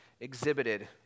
exhibited